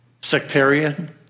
sectarian